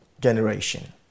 generation